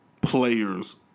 players